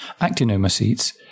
Actinomycetes